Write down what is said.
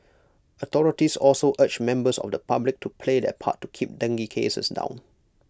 authorities also urged members of the public to play their part to keep dengue cases down